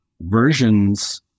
versions